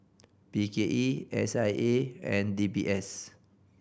B K E S I A and D B S